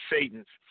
Satan's